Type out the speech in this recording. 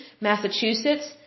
Massachusetts